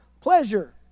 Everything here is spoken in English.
pleasure